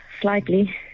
slightly